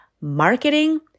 marketing